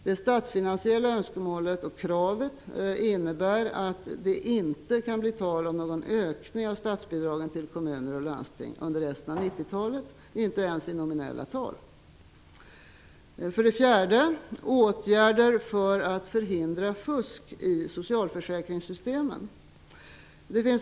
Det statsfinansiella önskemålet och kravet innebär att det inte kan bli tal om någon ökning av statsbidragen till kommuner och landsting under resten av 1990-talet, inte ens i nominella tal. För det fjärde gäller det åtgärder för att hindra fusk i socialförsäkringssystemen.